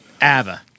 ABBA